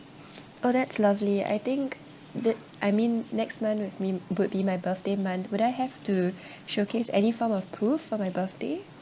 oh that's lovely I think the I mean next month with me would be my birthday month would I have to showcase any form of proof for my birthday